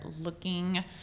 looking